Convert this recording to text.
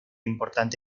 importante